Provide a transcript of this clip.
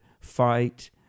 fight